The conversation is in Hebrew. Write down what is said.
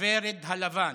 הוורד הלבן,